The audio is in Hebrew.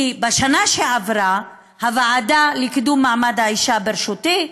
כי בשנה שעברה הוועדה לקידום מעמד האישה, בראשותי,